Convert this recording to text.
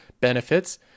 benefits